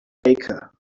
baker